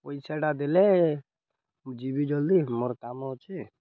ପଇସାଟା ଦେଲେ ମୁଁ ଯିବି ଜଲ୍ଦି ମୋର କାମ ଅଛି